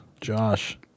Josh